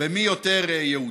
במי יותר יהודי,